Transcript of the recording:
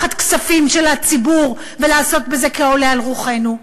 אנחנו לא רוצים לקחת כספים של הציבור ולעשות בזה כעולה על רוחנו.